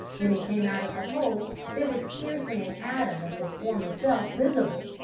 when he came out of the hole there was scarcely an atom of his former self visible!